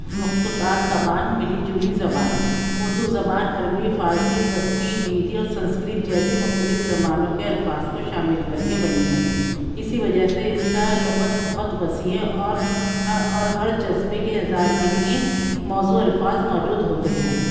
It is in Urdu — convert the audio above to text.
مخطوطات زبان ملی جلی زبان اردو زبان عربی فارسی ترکی ہندی اور سنسکرت جیسی مختلف زبانوں کے الفاظ کو شامل کر کے بنی ہے اسی وجہ سے اس کا لغت بہت وسیع ہے اور اور ہر جذبے کے اظہار کے لیے موزوں الفاظ موجود ہوتے ہیں